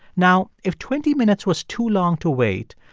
now, if twenty minutes was too long to wait,